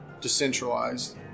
decentralized